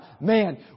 man